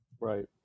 Right